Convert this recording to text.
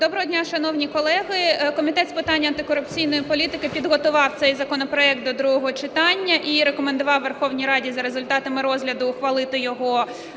Доброго дня, шановні колеги. Комітет з питань антикорупційної політики підготував цей законопроект до другого читання і рекомендував Верховній Раді, за результатами розгляду, ухвалити його